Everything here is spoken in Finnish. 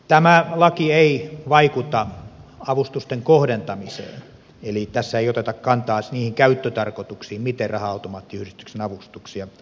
tämä laki ei vaikuta avustusten kohdentamiseen eli tässä ei oteta kantaa niihin käyttötarkoituksiin miten raha automaattiyhdistyksen avustuksia kohdennetaan